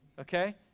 okay